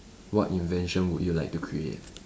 what invention would you like to create